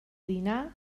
dinar